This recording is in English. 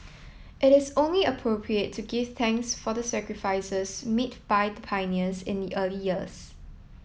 it is only appropriate to give thanks for the sacrifices made by the pioneers in the early years